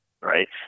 right